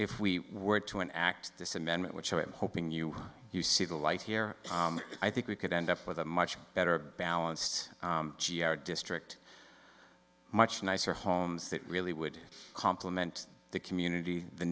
if we were to an act this amendment which i am hoping you you see the light here i think we could end up with a much better balanced district much nicer homes that really would compliment the community the